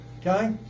okay